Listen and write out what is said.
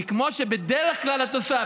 כי כמו שבדרך כלל את עושה,